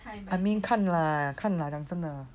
I mean 看 lah 看 lah 真的